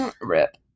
rip